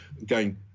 again